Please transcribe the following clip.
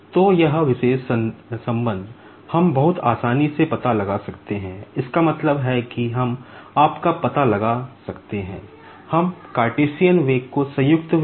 तो यह विशेष संबंध हम बहुत आसानी से पता लगा सकते हैं इसका मतलब है कि हम आपका पता लगा सकते हैं हम कार्टेशियन वेग